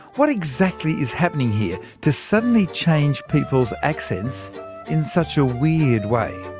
what exactly is happening here to suddenly change people's accents in such a weird way?